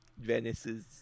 Venice's